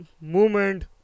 movement